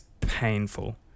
painful